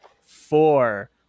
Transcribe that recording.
four